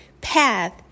path